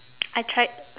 I tried